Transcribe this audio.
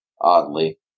oddly